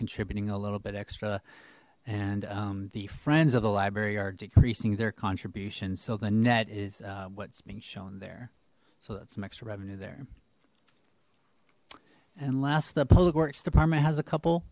contributing a little bit extra and the friends of the library are decreasing their contribution so the net is what's being shown there so that's some extra revenue there and last the public works department has a